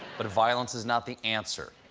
but violence is not the answer.